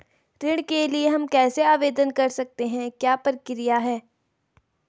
ऋण के लिए हम कैसे आवेदन कर सकते हैं क्या प्रक्रिया है?